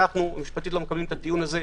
אנו משפטית לא מקבלים את הטיעון הזה.